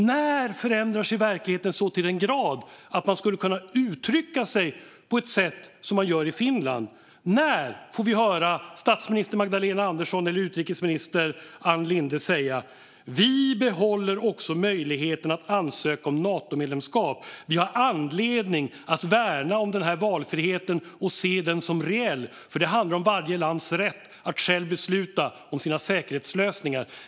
När förändrar sig verkligheten så till den grad att regeringen skulle kunna uttrycka sig på det sätt som man gör i Finland? När får vi höra statsminister Magdalena Andersson eller utrikesminister Ann Linde säga: Vi behåller också möjligheten att ansöka om Natomedlemskap. Vi har anledning att värna om denna valfrihet och ser den som reell. Det handlar nämligen om varje lands rätt att själv besluta om sina säkerhetslösningar.